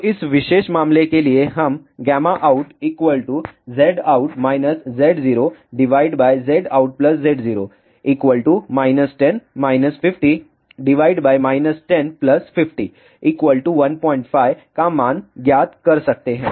तो इस विशेष मामले के लिए हम outZout ZoZoutZo 10 50 1050 15 का मान ज्ञात कर सकते हैं